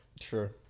Sure